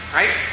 right